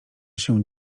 się